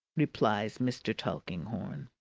replies mr. tulkinghorn.